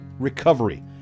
recovery